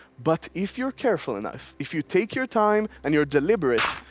but if you're careful enough, if you take your time and you're deliberate,